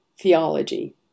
theology